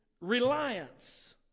reliance